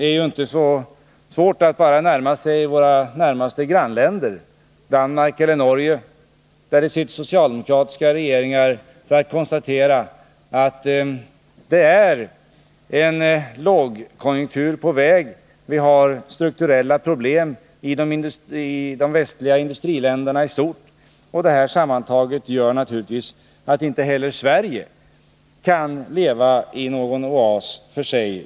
Vi behöver bara studera våra närmaste grannländer Danmark och Norge, där det sitter socialdemokratiska regeringar, för att kunna konstatera att det är en lågkonjunktur på väg. Vi har strukturella problem i de västliga industriländerna i stort. Det gör naturligtvis att inte heller Sverige kan leva i någon oas för sig.